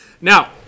Now